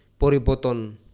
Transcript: poriboton